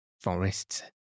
Forests